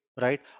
right